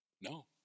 No